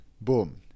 boom